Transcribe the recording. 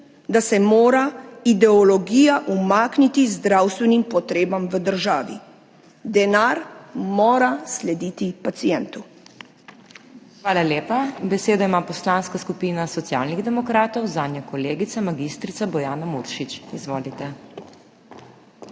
da se mora ideologija umakniti zdravstvenim potrebam v državi, denar mora slediti pacientu. PODPREDSEDNICA MAG. MEIRA HOT: Hvala lepa. Besedo ima Poslanska skupina Socialnih demokratov, zanjo kolegica magistrica Bojana Muršič. Izvolite.